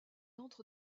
entre